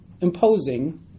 imposing